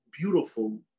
beautiful